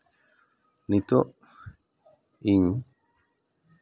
ᱱᱤᱛᱚᱜ ᱤᱧ